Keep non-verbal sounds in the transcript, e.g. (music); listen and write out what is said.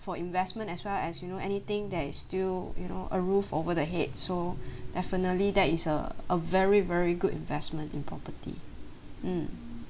for investment as well as you know anything that is still you know a roof over the head so (breath) definitely that is a a very very good investment in property mm